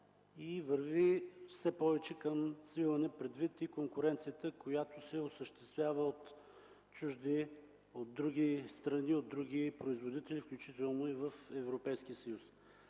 и върви все повече към свиване предвид и конкуренцията, която се осъществява от чужди страни, от други производители, включително и в Европейския съюз.